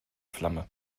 flamme